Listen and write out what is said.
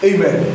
Amen